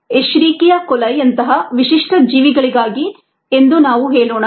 Escherichia coli ಯಂತಹ ವಿಶಿಷ್ಟ ಜೀವಿಗಳಿಗಾಗಿ ಎಂದು ನಾವು ಹೇಳೋಣ